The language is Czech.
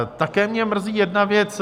Také mě mrzí jedna věc.